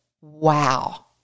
Wow